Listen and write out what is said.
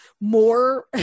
more